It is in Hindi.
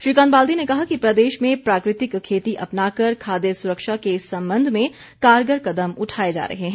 श्रीकांत बाल्दी ने कहा कि प्रदेश में प्राकृतिक खेती अपनाकर खाद्य सुरक्षा के संबंध में कारगर कदम उठाए जा रहे हैं